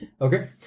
Okay